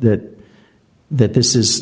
that that this is